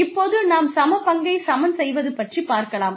இப்போது நாம் சமபங்கைச் சமன் செய்வது பற்றிப்பார்க்கலாம்